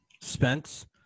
Spence